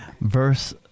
verse